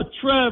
Trev